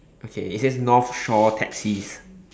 okay it says North Shore taxis